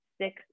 six